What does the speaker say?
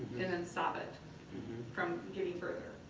and then stop it from getting further.